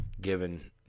given